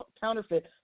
counterfeit